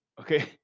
Okay